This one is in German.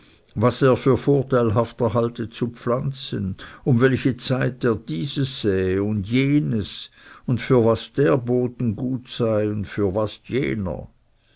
was er für vorteilhafter halte zu pflanzen um welche zeit er dieses säe und jenes für was der boden gut sei für was jener